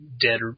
dead